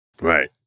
Right